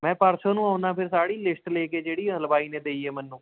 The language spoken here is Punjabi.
ਮੈਂ ਪਰਸੋਂ ਨੂੰ ਆਉਂਦਾ ਫਿਰ ਸਾਰੀ ਲਿਸਟ ਲੈ ਕੇ ਜਿਹੜੀ ਹਲਵਾਈ ਨੇ ਦੇਈ ਆ ਮੈਨੂੰ